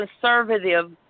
conservative